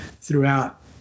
throughout